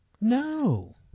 No